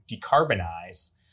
decarbonize